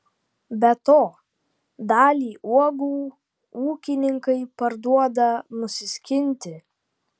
be to dalį uogų ūkininkai parduoda nusiskinti